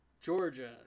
Georgia